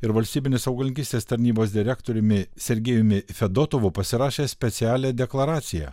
ir valstybinės augalininkystės tarnybos direktoriumi sergejumi fedotovu pasirašė specialią deklaraciją